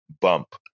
bump